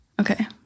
Okay